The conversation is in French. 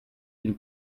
d’une